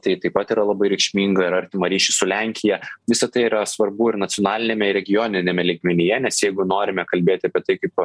tai taip pat yra labai reikšminga ir artimą ryšį su lenkija visa tai yra svarbu ir nacionaliniame ir regioniniame lygmenyje nes jeigu norime kalbėti apie tai kaip